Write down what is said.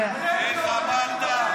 איך אמרת?